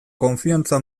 konfiantza